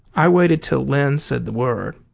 i waited till len said the word.